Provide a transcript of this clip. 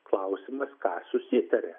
klausimas ką susitarė